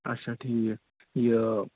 اچھا ٹھیٖک یہِ